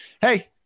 hey